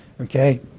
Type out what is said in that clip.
okay